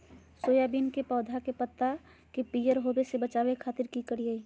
Soybean के पौधा के पत्ता के पियर होबे से बचावे खातिर की करिअई?